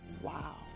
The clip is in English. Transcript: Wow